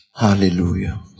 Hallelujah